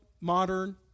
modern